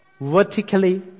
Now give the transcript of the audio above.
vertically